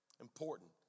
important